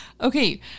Okay